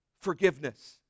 forgiveness